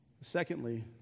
Secondly